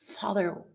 Father